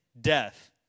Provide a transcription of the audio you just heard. death